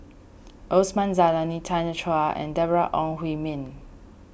Osman Zailani Tanya Chua and Deborah Ong Hui Min